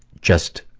just